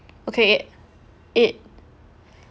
okay eight